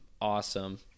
awesome